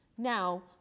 Now